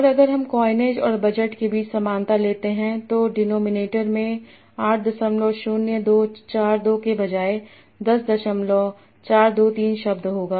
और अगर हम कॉइनएज और बजट के बीच समानता लेते हैं तो डिनोमिनेटर में 80242 के बजाय 10423 शब्द होगा